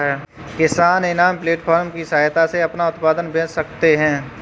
किसान इनाम प्लेटफार्म की सहायता से अपना उत्पाद बेच सकते है